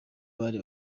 bari